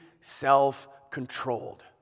self-controlled